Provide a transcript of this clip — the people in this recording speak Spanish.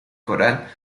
coral